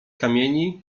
kamieni